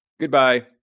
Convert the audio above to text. Goodbye